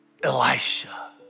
Elisha